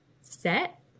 set